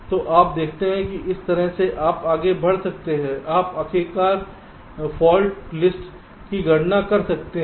तो आप देखते हैं कि इस तरह से आप आगे बढ़ सकते हैं आप आखिरकार फाल्ट लिस्ट की गणना कर सकते हैं